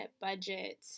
budget